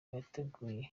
y’abateguye